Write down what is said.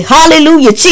Hallelujah